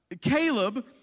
Caleb